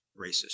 racist